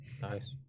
Nice